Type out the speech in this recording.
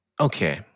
Okay